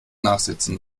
nachsitzen